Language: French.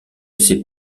sait